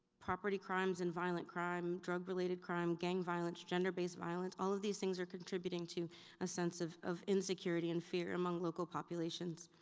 property crimes and violent crime, drug-related crime, gang violence, gender-based violence, all of these things are contributing to a sense of of insecurity and fear among local populations.